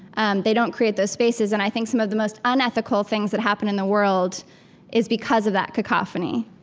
um they don't create those spaces. and i think some of the most unethical things that happen in the world is because of that cacophony